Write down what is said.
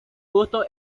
busto